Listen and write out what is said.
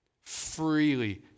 Freely